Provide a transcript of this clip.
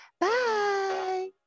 Bye